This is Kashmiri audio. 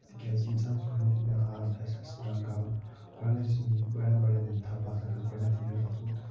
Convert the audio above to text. تِکیٛازِ اِنسانَس چھِ گۄڈٕنٮ۪تھٕے پٮ۪وان آرام ہٮ۪س ہٮ۪س پٮ۪وان کَرُن گۄڈٕنٮ۪تھٕے چھِنہٕ بَڑیٚن بَڑیٚن دِنۍ تھپہ آسان بہٕ ہسا کھسہٕ گۄڈٕنٮ۪تھٕے یوٗتاہ تھوٚد